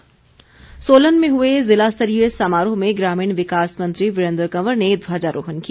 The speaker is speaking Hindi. सोलन समारोह सोलन में हए जिलास्तरीय समारोह में ग्रामीण विकास मंत्री वीरेन्द्र कंवर ने ध्वजारोहण किया